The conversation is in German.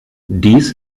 dies